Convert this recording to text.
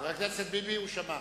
חבר הכנסת ביבי, הוא שמע